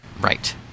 Right